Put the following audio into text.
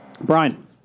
Brian